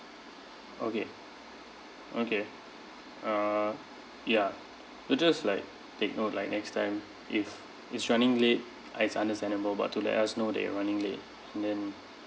okay okay uh ya so just like take note like next time if it's running late ah it's understandable but to let us know that you're running late and then